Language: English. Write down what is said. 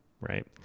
right